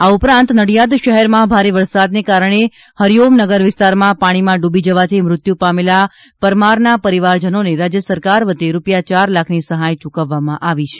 આ ઉપરાંત નડિયાદ શહેરમાં ભારે વરસાદને કારણે હરિઓમ નગર વિસ્તારમાં પાણીમાં ડૂબી જવાથી મૃત્યુ પામેલા પરમારના પરિવારજનોને રાજ્ય સરકાર વતી રૂપિયા ચાર લાખની સહાય ચૂકવવામાં આવી છે